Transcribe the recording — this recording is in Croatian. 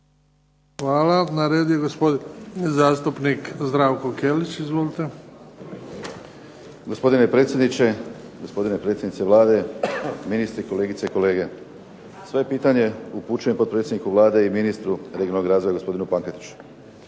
Hvala. Na redu je gospodin zastupnik Zdravko Kelić, izvolite. **Kelić, Zdravko (HSS)** Gospodine predsjedniče, gospođo predsjednice Vlade, ministri, kolegice i kolege. Svoje pitanje upućujem potpredsjedniku Vlade i ministru regionalnog razvoja gospodinu Pankretiću.